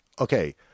okay